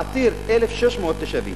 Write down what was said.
עתיר, 1,600 תושבים,